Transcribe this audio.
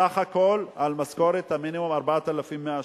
סך הכול על משכורת המינימום, 4,100 שקל.